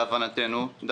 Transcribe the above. מדוע?